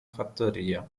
fattoria